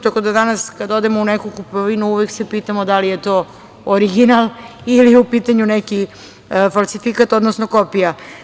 Tako da danas kada odemo u neku kupovinu uvek se pitamo da li je to original ili je u pitanju neki falsifikat, odnosno kopija.